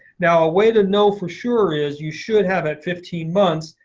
now, a way to know for sure is you should have, at fifteen months,